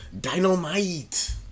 Dynamite